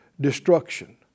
destruction